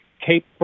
Cape